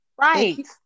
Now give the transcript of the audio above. right